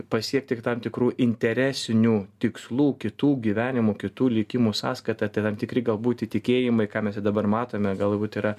pasiekti tam tikrų interesinių tikslų kitų gyvenimų kitų likimų sąskaita tai tam tikri galbūt įtikėjimai ką mes ir dabar matome galbūt yra